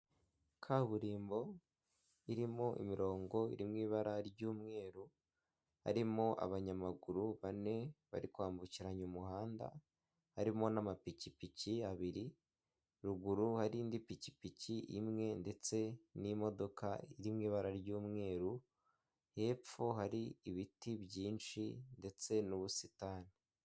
Kaburimbo irimo imirongo iri mu ibara ry'umweru, harimo abanyamaguru bane bari kwambukiranya umuhanda harimo n'amapikipiki abiri, ruguru hari indi pikipiki imwe, ndetse n'imodoka iri mu ibara ry'umweru hepfo hari ibiti byinshi ndetse n'ubusitani.